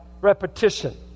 repetition